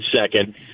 second